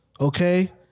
Okay